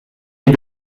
est